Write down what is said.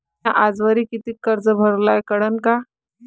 म्या आजवरी कितीक कर्ज भरलं हाय कळन का?